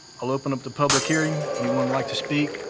i'll open up the public hearing. anyone like to speak?